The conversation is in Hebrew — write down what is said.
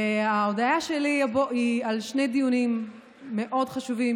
וההודיה שלי היא על שני דיונים מאוד חשובים